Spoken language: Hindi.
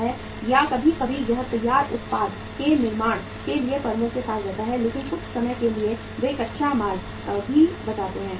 या कभी कभी यह तैयार उत्पाद के निर्माण के लिए फर्मों के साथ रहता है लेकिन कुछ समय के लिए वे कच्चा माल भी बेचते हैं